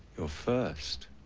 your first?